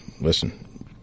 Listen